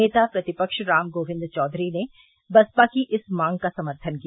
नेता प्रतिफ्व राम गोविंद चौधरी ने बसपा की इस मांग का समर्थन किया